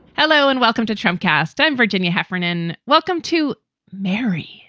hello and welcome to trump cast. i'm virginia heffernan. welcome to mary.